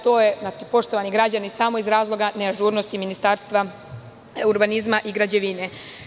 To je, poštovani građani, samo iz razloga neažurnosti Ministarstva urbanizma i građevine.